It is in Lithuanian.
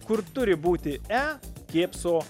kur turi būti e kėpso